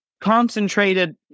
Concentrated